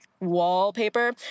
wallpaper